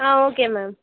ah okay ma'am